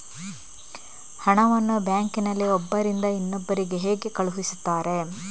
ಹಣವನ್ನು ಬ್ಯಾಂಕ್ ನಲ್ಲಿ ಒಬ್ಬರಿಂದ ಇನ್ನೊಬ್ಬರಿಗೆ ಹೇಗೆ ಕಳುಹಿಸುತ್ತಾರೆ?